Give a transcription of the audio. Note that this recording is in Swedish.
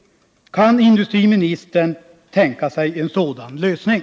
Kan industriministern tänka sig en sådan lösning?